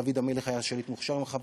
דוד המלך היה שליט מוכשר ממך,